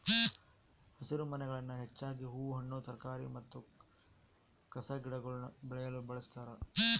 ಹಸಿರುಮನೆಗಳನ್ನು ಹೆಚ್ಚಾಗಿ ಹೂ ಹಣ್ಣು ತರಕಾರಿ ಮತ್ತು ಕಸಿಗಿಡಗುಳ್ನ ಬೆಳೆಯಲು ಬಳಸ್ತಾರ